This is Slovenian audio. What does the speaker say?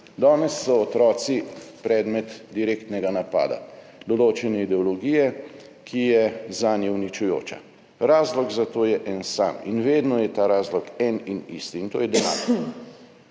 Danes so otroci predmet direktnega napada določene ideologije, ki je zanje uničujoča. Razlog za to je en sam in vedno je ta razlog en in isti, in to je denar.